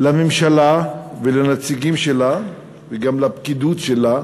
בפני הממשלה והנציגים שלה וגם הפקידות שלה